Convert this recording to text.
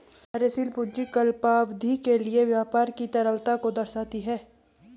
कार्यशील पूंजी अल्पावधि के लिए व्यापार की तरलता को दर्शाती है